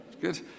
Good